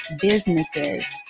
businesses